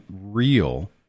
real